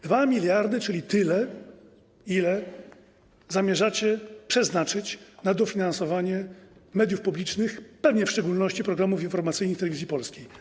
2 mld, czyli tyle, ile zamierzacie przeznaczyć na dofinansowanie mediów publicznych, pewnie w szczególności programów informacyjnych Telewizji Polskiej.